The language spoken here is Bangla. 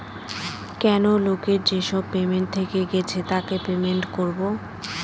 কেনো লোকের যেসব পেমেন্ট থেকে গেছে তাকে পেমেন্ট করবো